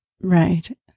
Right